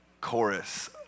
chorus